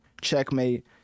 Checkmate